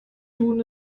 tun